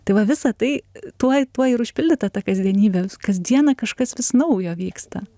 tai va visa tai tuo tuo ir užpildyta ta kasdienybė kasdieną kažkas vis jaujo vyksta